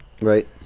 Right